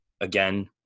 again